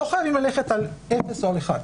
לא חייבים ללכת על אפס או על אחד,